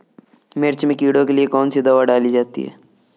मिर्च में कीड़ों के लिए कौनसी दावा डाली जाती है?